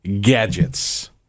gadgets